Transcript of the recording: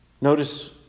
Notice